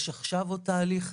יש עכשיו עוד תהליך.